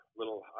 little